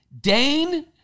Dane